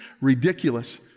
ridiculous